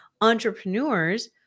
entrepreneurs